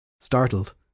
Startled